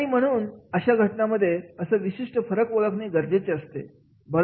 आणि म्हणून अशा घटनांमध्ये असं विशिष्ट फरक ओळखणे गरजेचे असते